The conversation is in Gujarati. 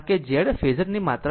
કારણ કે Z ફેઝર ની માત્રા નથી